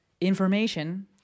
information